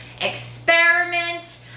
experiment